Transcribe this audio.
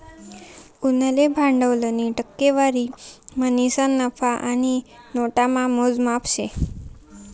उनले भांडवलनी टक्केवारी म्हणीसन नफा आणि नोटामा मोजमाप शे